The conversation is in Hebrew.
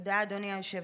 תודה, אדוני היושב-ראש.